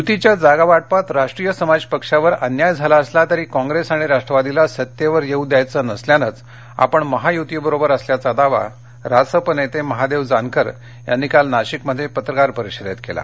युतीच्या जागा वाटपात राष्ट्रीय समाज पक्षावर अन्याय झाला असला तरी काँग्रेस आणि राष्ट्रवादीला सत्तेवर येऊ द्यायचे नसल्यानेच आपण महायुती बरोबर असल्याचा दावा रासप नेते महादेव जानकर यांनी काल नाशिकमध्ये पत्रकार परिषदेत केला